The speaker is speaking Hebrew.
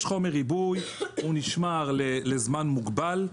יש חומר ריבוי, הוא נשמר לזמן מוגבל,